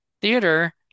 Theater